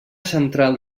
central